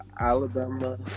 Alabama